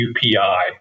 UPI